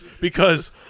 because-